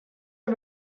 are